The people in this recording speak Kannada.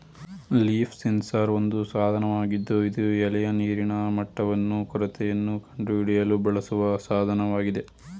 ಲೀಫ್ ಸೆನ್ಸಾರ್ ಒಂದು ಸಾಧನವಾಗಿದ್ದು ಇದು ಎಲೆಯ ನೀರಿನ ಮಟ್ಟವನ್ನು ಕೊರತೆಯನ್ನು ಕಂಡುಹಿಡಿಯಲು ಬಳಸುವ ಸಾಧನವಾಗಿದೆ